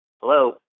hello